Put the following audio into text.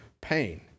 pain